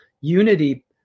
unity